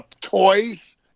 toys